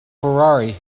ferrari